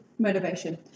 Motivation